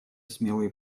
смелые